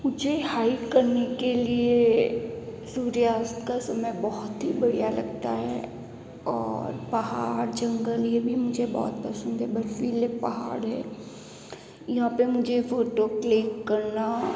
मुझे हाइक करने के लिए सूर्यास्त का समय बहुत ही बढ़िया लगता है और पहाड़ जंगल यह भी मुझे बहुत पसंद है बर्फ़ीले पहाड़ है यहाँ पर मुझे फ़ोटो क्लिक करना